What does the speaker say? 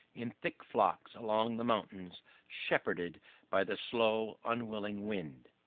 in thick flocks along the mountains shepherded by the slow unwilling wind.